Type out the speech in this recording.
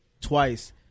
twice